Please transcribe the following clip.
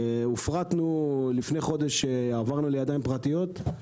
הופרטנו לפני חודש, עברנו לידיים פרטיות.